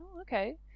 okay